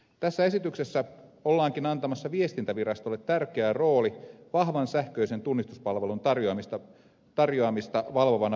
tässä esityksessä ollaankin antamassa viestintävirastolle tärkeä rooli vahvan sähköisen tunnistuspalvelun tarjoamista valvovana viranomaisena